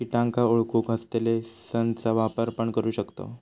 किटांका ओळखूक हस्तलेंसचा वापर पण करू शकताव